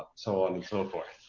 ah so on and so forth.